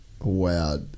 Wow